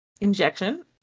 injection